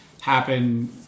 happen